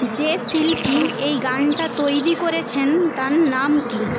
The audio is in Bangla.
যে শিল্পী এই গানটা তৈরি করেছেন তাঁর নাম কী